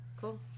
Cool